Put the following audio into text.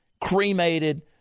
cremated